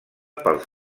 pels